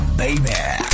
baby